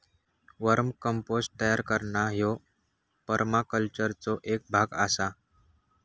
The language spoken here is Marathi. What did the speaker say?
वर्म कंपोस्ट तयार करणा ह्यो परमाकल्चरचो एक भाग आसा